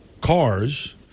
cars